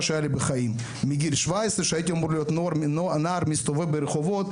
שהיתה לי בחיים מגיל 17 שהייתי אמור להיות נער שמסתובב ברחובות,